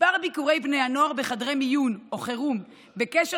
מספר ביקורי בני הנוער בחדרי מיון או חירום בקשר